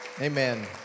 Amen